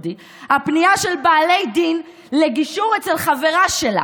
הפנייה של בעלי דין לגישור אצל חברה שלה,